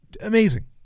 Amazing